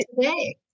today